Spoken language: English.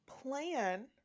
plan